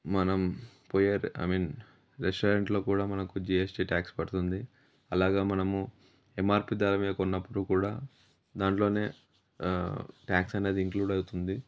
మనం పొయ్యే I mean రెస్టారెంట్లో కూడా మనకు జీఎస్టీ ట్యాక్స్ పడుతుంది అలాగే మనము ఎంఆర్పీ ధర మీద కొన్నప్పుడు కూడా దాంట్లోనే ట్యాక్స్ అనేది ఇంక్లూడ్ అవుతుంది